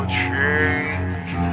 change